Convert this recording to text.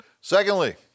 Secondly